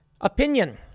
Opinion